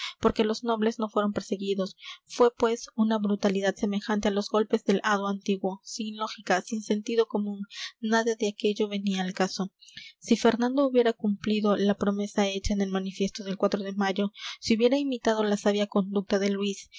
porque los nobles no fueron perseguidos fue pues una brutalidad semejante a los golpes del hado antiguo sin lógica sin sentido común nada de aquello venía al caso si fernando hubiera cumplido la promesa hecha en el manifiesto del de mayo si hubiera imitado la sabia conducta de luis